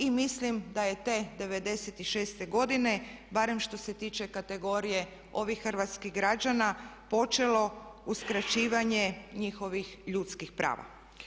I mislim da je te '96. godine barem što se tiče kategorije ovih hrvatskih građana počelo uskraćivanje njihovih ljudskih prava.